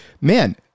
man